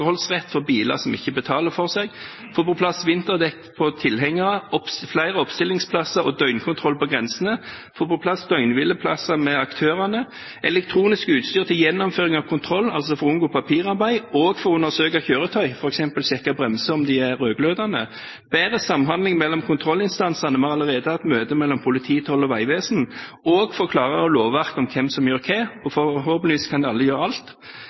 for biler som ikke betaler for seg, få på plass vinterdekk på tilhengere, flere oppstillingsplasser og døgnkontroll på grensene, få på plass døgnhvileplasser med aktørene og elektronisk utstyr til gjennomføring av kontroll – for å unngå papirarbeid og for å undersøke kjøretøy, f.eks. sjekke om bremser er rødglødende. Vi har arbeid på gang for bedre samhandling mellom kontrollinstansene – vi har allerede hatt møte mellom politi, toll og vegvesen – og for å få klarere lovverk om hvem som gjør hva. Forhåpentligvis kan alle gjøre alt.